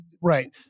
Right